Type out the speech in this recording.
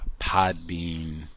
Podbean